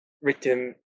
Written